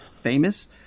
famous